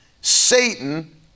Satan